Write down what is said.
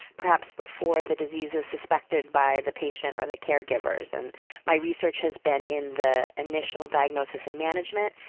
perhaps before the disease is suspected by the patient or the care givers. and my research has been in the initial diagnosis and management,